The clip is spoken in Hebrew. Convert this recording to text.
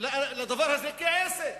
לדבר הזה כעסק.